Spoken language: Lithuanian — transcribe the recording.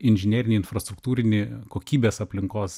inžinerinį infrastruktūrinį kokybės aplinkos